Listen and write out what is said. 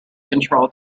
control